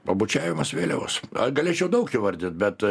pabučiavimas vėliavos galėčiau daug įvardyt bet